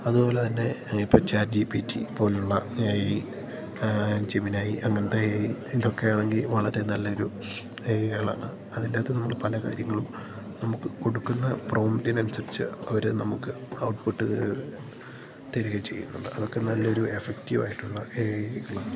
അതുപോലെത്തന്നെ ഇപ്പം ചാറ്റ്ജീപ്പീറ്റി പോലുള്ള ഏ ഐ ജിമിനൈ അങ്ങനെത്തെ ഏ ഐ ഇതൊക്കെയാണെങ്കിൽ വളരെ നല്ലൊരു ഏ അയ്കളാണ് അതിൻറ്റകത്ത് നമ്മൾ പല കാര്യങ്ങളും നമുക്ക് കൊടുക്കുന്ന പ്രോംൻറ്റിനനുസരിച്ച് അവർ നമുക്ക് ഔട്ട്പ്പുട്ട് തരികയും ചെയ്യുന്നുണ്ട് അതൊക്കെ നല്ലൊരു എഫക്റ്റീവ് ആയിട്ടുള്ള ഏ അയ്കളാണ്